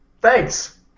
Thanks